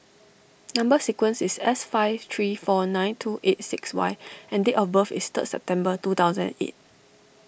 Number Sequence is S five three four nine two eight six Y and date of birth is third September two thousand and eight